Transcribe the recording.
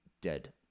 dead